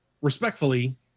respectfully